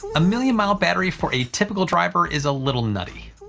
ah a million mile battery for a typical driver is a little nutty.